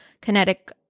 kinetic